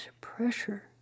pressure